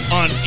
on